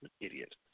Idiot